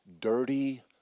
dirty